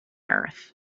earth